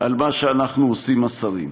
על מה שאנחנו עושים, השרים.